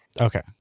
Okay